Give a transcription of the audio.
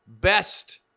best